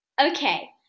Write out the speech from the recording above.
Okay